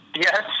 Yes